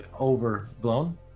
overblown